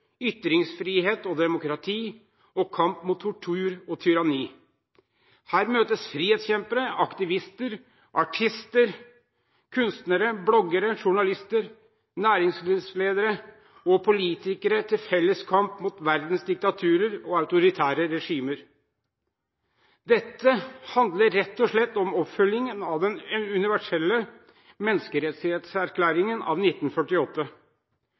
demokrati og kamp mot tortur og tyranni. Her møtes frihetskjempere, aktivister, artister, kunstnere, bloggere, journalister, næringslivsledere og politikere til felles kamp mot verdens diktaturer og autoritære regimer. Dette handler rett og slett om oppfølging av den universelle menneskerettighetserklæringen av 1948.